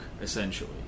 essentially